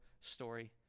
story